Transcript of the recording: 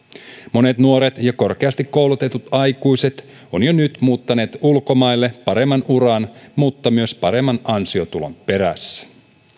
monet nuoret ja korkeasti koulutetut aikuiset ovat jo nyt muuttaneet ulkomaille paremman uran mutta myös paremman ansiotulon perässä